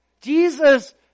Jesus